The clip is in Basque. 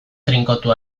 trinkotu